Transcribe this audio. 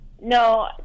no